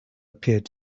appeared